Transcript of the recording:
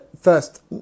first